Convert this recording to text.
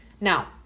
Now